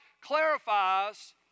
clarifies